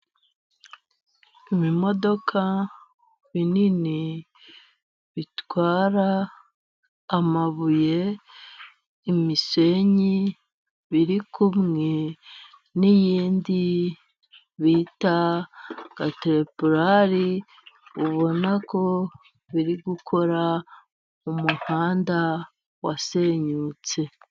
Ibimodoka binini bitwara amabuye, imisenyi, biri kumwe n'iyindi bita Katereporari, ubona ko biri gukora umuhanda wasenyutse.